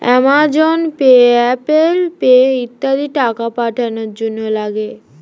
Amazon pay, Apple pay ইত্যাদি টাকা পাঠানোর জন্যে লাগে